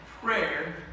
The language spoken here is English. prayer